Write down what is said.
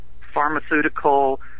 pharmaceutical